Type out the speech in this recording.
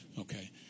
Okay